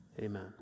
Amen